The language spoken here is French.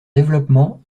développement